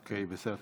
אוקיי, בסדר.